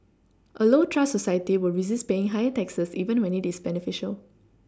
a low trust society will resist paying higher taxes even when it is beneficial